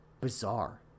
bizarre